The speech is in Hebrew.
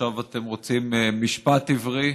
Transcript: עכשיו אתם רוצים משפט עברי?